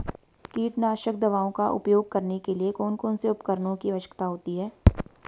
कीटनाशक दवाओं का उपयोग करने के लिए कौन कौन से उपकरणों की आवश्यकता होती है?